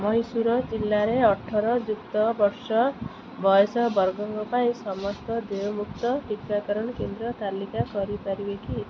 ମହୀଶୂର ଜିଲ୍ଲାରେ ଅଠର ଯୁକ୍ତ ବର୍ଷ ବୟସ ବର୍ଗଙ୍କ ପାଇଁ ସମସ୍ତ ଦେୟମୁକ୍ତ ଟିକାକରଣ କେନ୍ଦ୍ର ତାଲିକା କରିପାରିବ କି